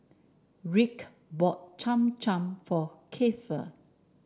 Rick bought Cham Cham for Keifer